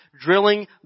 drilling